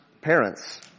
parents